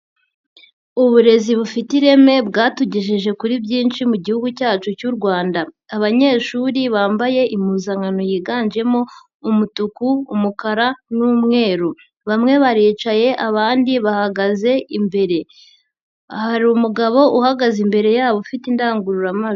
Uburezi bufite ireme bwatugejeje kuri byinshi mu gihugu cyacu cy'u Rwanda, abanyeshuri bambaye impuzankano yiganjemo umutuku, umukara n'umweru, bamwe baricaye abandi bahagaze, imbere hari umugabo uhagaze imbere yabo ufite indangururamajwi.